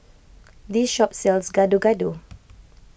this shop sells Gado Gado